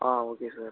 ah okay sir